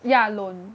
yeah loan